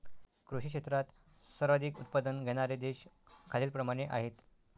कृषी क्षेत्रात सर्वाधिक उत्पादन घेणारे देश खालीलप्रमाणे आहेत